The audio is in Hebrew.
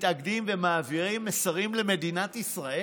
מתאגדים ומעבירים מסרים למדינת ישראל: